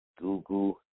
Google